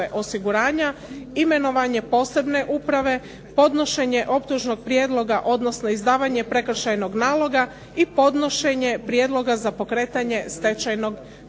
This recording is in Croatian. osiguranja, imenovanje posebne uprave, podnošenje optužnog prijedloga, odnosno izdavanje prekršajnog naloga i podnošenje prijedloga za pokretanje stečajnog postupka.